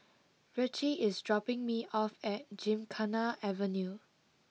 Ritchie is dropping me off at Gymkhana Avenue